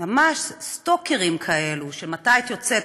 ממש סטוקרים כאלה: מתי את יוצאת?